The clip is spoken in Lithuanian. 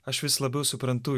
aš vis labiau suprantu